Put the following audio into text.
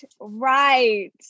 Right